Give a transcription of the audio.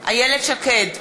איילת שקד,